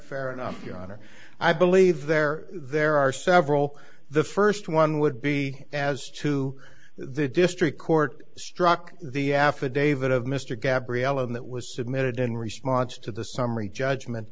honor i believe there there are several the first one would be as to the district court struck the affidavit of mr gabrielle and that was submitted in response to the summary judgment